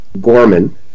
Gorman